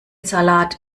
salat